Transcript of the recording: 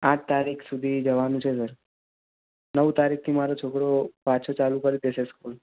આઠ તારીખ સુધી જવાનું છે સર નવ તારીખથી મારો છોકરો પાછો ચાલુ કરી દેશે સ્કૂલ